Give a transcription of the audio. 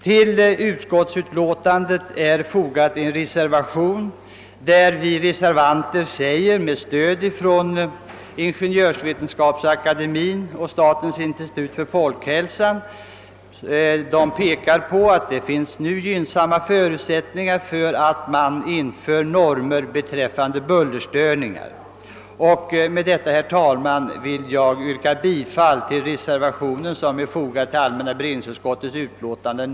Till utskottsutlåtandet har vid punkten 1 fogats en reservation, i vilken vi med stöd av remissyttrandena från Ingeniörsvetenskapsakademien och statens institut för folkhälsan, som pekar på de gynnsamma förutsättningarna för ett införande av normer beträffande bullerstörningarna, föreslår att riksdagen måtte hemställa att Kungl. Maj:t efter erforderlig utredning låter utarbeta normer avseende högsta tillåtna bullervärden.